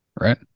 right